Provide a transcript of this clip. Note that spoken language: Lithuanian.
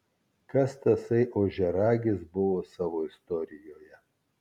kas tasai ožiaragis buvo savo istorijoje